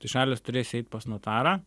tai šalys turės eit pas notarą